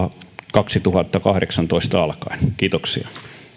kaksituhattakahdeksantoista alkaen kiitoksia